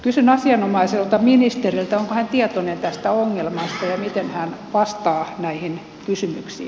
kysyn asianomaiselta ministeriltä onko hän tietoinen tästä ongelmasta ja miten hän vastaa näihin kysymyksiin